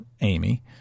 Amy